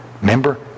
remember